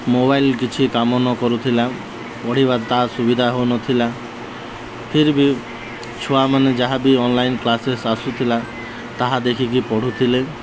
mobile କିଛି କାମ ନକରୁଥିଲା ପଢ଼ିବାର ତାହା ସୁବିଧା ହେଉନଥିଲା ଫିର୍ ବି ଛୁଆମାନେ ଯାହା ବିି ଅନଲାଇନ୍ କ୍ଲାସେସ୍ ଆସୁଥିଲା ତାହା ଦେଖିକି ପଢ଼ୁଥିଲେ